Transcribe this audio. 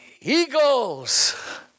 eagles